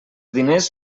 diners